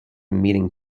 meeting